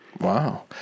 Wow